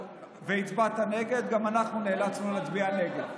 הצבעת נגד, גם אנחנו נאלצנו להצביע נגד.